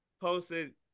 posted